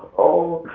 oh